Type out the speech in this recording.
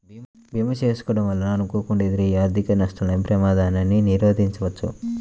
భీమా చేసుకోడం వలన అనుకోకుండా ఎదురయ్యే ఆర్థిక నష్టాల ప్రమాదాన్ని నిరోధించవచ్చు